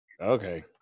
okay